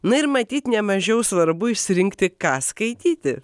na ir matyt ne mažiau svarbu išsirinkti ką skaityti